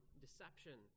deception